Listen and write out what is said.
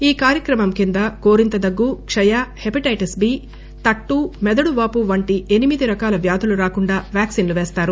ఈ కార్యక్రమం కింద కోరింతదగ్గు క్షయ హెపటైటిస్ బి తట్టు మెదడువాపు వంటి ఎనిమిది రకాల వ్యాధులు రాకుండా వ్యాక్పిన్లు పేస్తారు